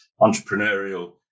entrepreneurial